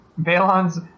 Balon's